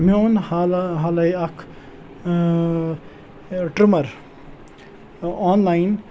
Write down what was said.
مےٚ اوٚن حال حالے اَکھ ٹِرٛمَر آنلایِن